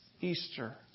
Easter